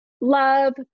love